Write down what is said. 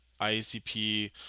IACP